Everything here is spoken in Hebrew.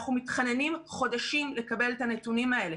אנחנו מתחננים חודשים לקבל את הנתונים האלה.